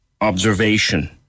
observation